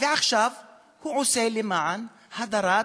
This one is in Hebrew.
ועכשיו הוא עושה למען הדרת